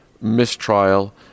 mistrial